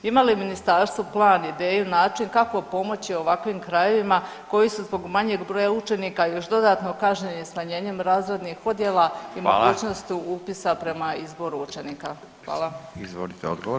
Ima li ministarstvo plan, ideju, način kako pomoći ovakvim krajevima koji su zbog manjeg broja učenika još dodatno kažnjeni smanjenjem razrednih odjela i mogućnost [[Upadica: Hvala.]] upisa prema izboru učenika?